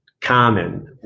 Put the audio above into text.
common